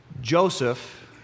Joseph